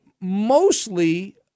mostly